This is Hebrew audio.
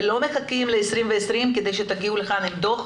ולא מחכים ל-2021 כדי שתגיעו לכאן עם דו"ח